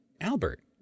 Albert